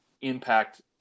impact